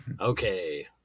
Okay